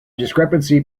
discrepancy